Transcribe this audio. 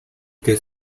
que